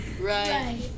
Right